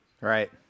Right